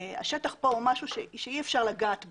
השטח כאן הוא משהו שאי אפשר לגעת בו.